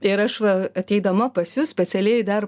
ir aš va ateidama pas jus specialiai dar